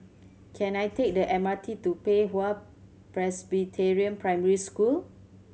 can I take the M R T to Pei Hwa Presbyterian Primary School